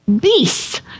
Beasts